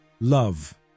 love